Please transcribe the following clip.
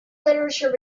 literature